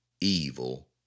evil